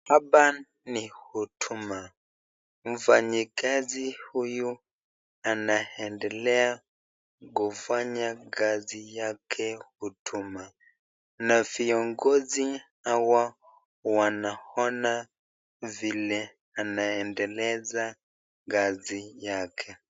Hapa ni huduma, mfanyikazi huyu anaendelea kufanya kazi yake huduma, na viongozi hao wanaona vile anaendeleza kazi yake.